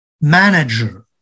Manager